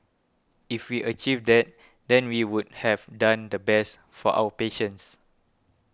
if we achieve that then we would have done the best for our patients